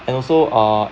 and also uh